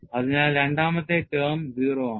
അതിനാൽ രണ്ടാമത്തെ ടേം 0 ആണ്